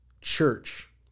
church